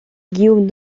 guillaume